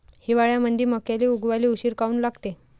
हिवाळ्यामंदी मक्याले उगवाले उशीर काऊन लागते?